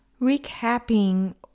recapping